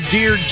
Dear